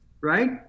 right